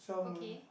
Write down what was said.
okay